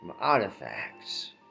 artifacts